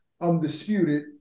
undisputed